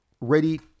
ready